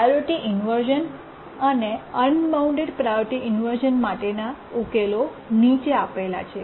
priority inversion અને unbound priority inversion માટેનાં ઉકેલો નીચે આપેલા છે